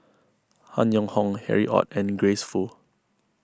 Han Yong Hong Harry Ord and Grace Fu